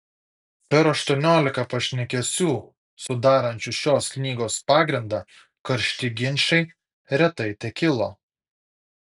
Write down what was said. per aštuoniolika pašnekesių sudarančių šios knygos pagrindą karšti ginčai retai tekilo